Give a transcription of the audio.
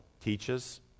teaches